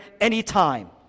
anytime